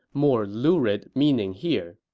more lurid meaning here